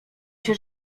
się